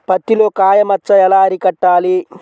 పత్తిలో కాయ మచ్చ ఎలా అరికట్టాలి?